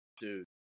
dude